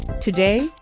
today,